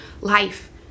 life